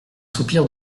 soupir